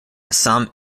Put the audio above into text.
assam